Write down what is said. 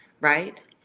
right